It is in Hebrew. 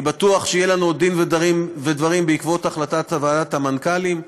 אני בטוח שיהיה לנו עוד דין-ודברים בעקבות החלטת ועדת המנכ"לים.